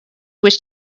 wish